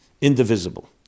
indivisible